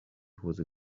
hose